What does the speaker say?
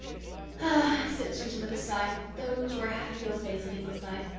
ah, said susan with a sigh, those were happy old days at ingleside.